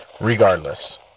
Regardless